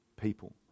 People